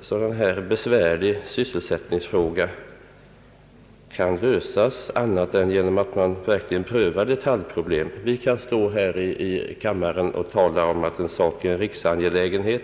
sådan besvärlig sysselsättningsfråga som denna kan lösas på annat sätt än genom att man verkligen prövar detaljproblem. Vi kan stå här i kammaren och tala om att en sak är en riksangelägenhet.